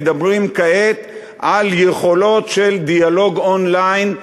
מדברים כעת על יכולות של דיאלוג און-ליין,